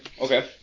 Okay